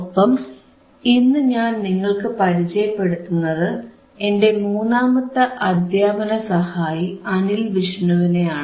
ഒപ്പം ഇന്നു ഞാൻ നിങ്ങൾക്കു പരിചയപ്പെടുത്തുന്നത് എന്റെ മൂന്നാമത്തെ അധ്യാപന സഹായി അനിൽ വിഷ്ണുവിനെയാണ്